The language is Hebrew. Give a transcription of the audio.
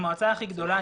המועצה הכי גדולה,